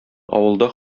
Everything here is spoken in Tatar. авылда